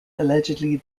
allegedly